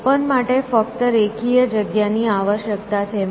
open માટે ફક્ત રેખીય જગ્યા ની આવશ્યકતા છે